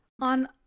on